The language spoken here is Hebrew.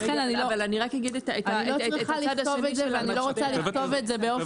לכן אני לא צריכה לכתוב את זה ואני לא רוצה לכתוב את זה.